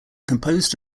composed